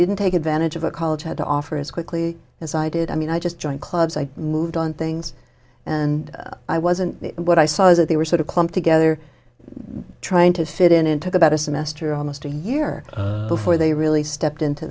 didn't take advantage of a college had to offer as quickly as i did i mean i just joined clubs i moved on things and i wasn't what i saw as if they were sort of clumped together trying to fit in took about a semester almost a year before they really stepped into